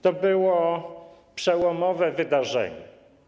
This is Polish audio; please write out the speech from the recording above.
To było przełomowe wydarzenie.